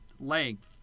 length